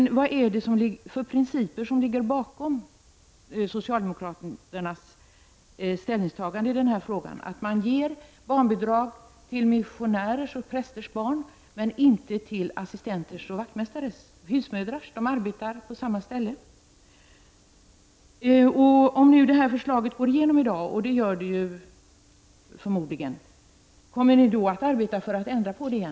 Vilka principer ligger bakom socialdemokraternas ställningstagande i denna fråga, när de ger barnbidrag till missionärers och prästers barn men inte till assistenters, vaktmästares och husmödrars barn, som arbetar på samma ställe? Om detta förslag går igenom i dag — vilket det förmodligen gör — kommer socialdemokraterna då att arbeta för att ändra det igen?